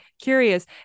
curious